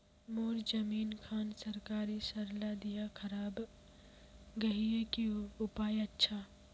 मोर जमीन खान सरकारी सरला दीया खराब है गहिये की उपाय अच्छा?